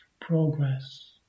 progress